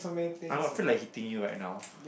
I don't know I feel like hitting you right now